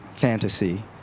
fantasy